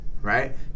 right